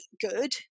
good